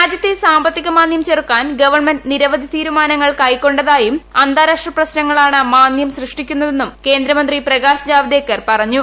രാജ്യത്തെ സാമ്പത്തിക മാന്ന്യം ചെറുക്കാൻ ഗവൺമെന്റ് നിരവധി തീരുമാനങ്ങൾ കൈക്കൊണ്ട്ടത്ായും അന്താരാഷ്ട്ര പ്രശ്നങ്ങളാണ് മാന്ദ്യം സൃഷ്ടിക്കുന്നതെന്നും കേന്ദ്രമന്ത്രി പ്രകാശ് ജാവദേക്കർ പറഞ്ഞു